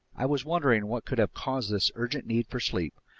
i was wondering what could have caused this urgent need for sleep,